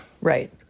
Right